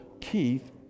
Keith